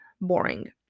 boring